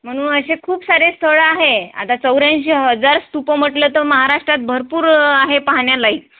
म्हणून असे खूप सारे स्थळं आहे आता चौऱ्यांशी हजार स्तुपं म्हटलं तर महाराष्ट्रात भरपूर आहे पाहण्यालायक